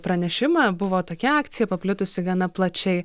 pranešimą buvo tokia akcija paplitusi gana plačiai